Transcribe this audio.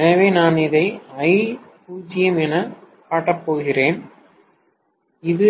எனவே நான் இதை I0 எனக் காட்டப் போகிறேன் இது